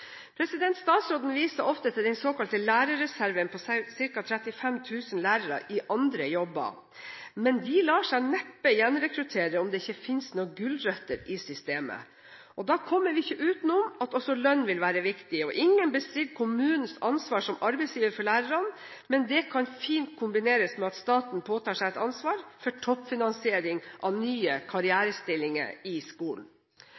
Statsråden viser ofte til den såkalte lærerreserven på ca. 35 000 lærere i andre jobber. Men de lar seg neppe gjenrekruttere om det ikke finnes noen gulrøtter i systemet. Da kommer vi ikke utenom at også lønn vil være viktig. Ingen bestrider kommunens ansvar som arbeidsgiver for lærerne, men det kan fint kombineres med at staten påtar seg et ansvar for toppfinansiering av nye karrierestillinger i skolen.